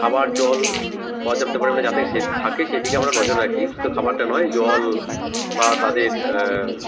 খাবার জল পর্যাপ্ত পরিমাণে যাতে সে থাকে সেইদিকে আমরা নজর রাখি শুধু খাবারটা নয় জল বা তাদের